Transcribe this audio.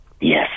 Yes